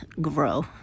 grow